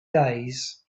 days